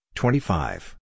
twenty-five